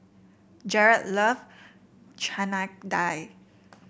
Jerrod love Chana Dal